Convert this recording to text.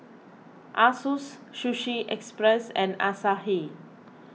Asus Sushi Express and Asahi